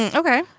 and ok.